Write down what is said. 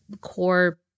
core